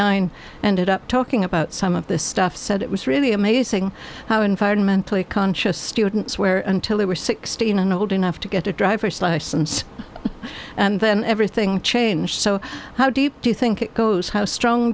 nine and it up talking about some of this stuff said it was really amazing how environmentally conscious students where until they were sixteen and old enough to get a driver's license and then everything changed so how deep do you think it goes how strong